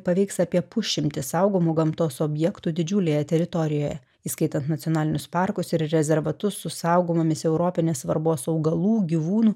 paveiks apie pusšimtį saugomų gamtos objektų didžiulėje teritorijoje įskaitant nacionalinius parkus ir rezervatus su saugomomis europinės svarbos augalų gyvūnų